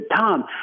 Tom